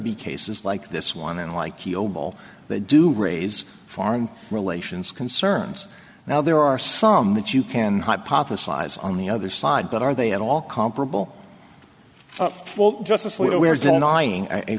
be cases like this one and like e o ball they do raise foreign relations concerns now there are some that you can hypothesize on the other side but are they at all comparable